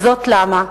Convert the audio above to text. וזאת למה?